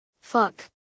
Fuck